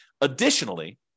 Additionally